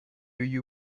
you